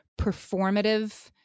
performative